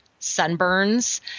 sunburns